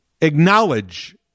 acknowledge